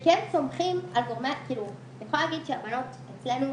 אני יכולה להגיד שהבנות אצלנו,